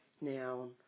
Now